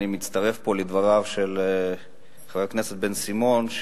אני מצטרף לדבריו של חבר הכנסת בן-סימון,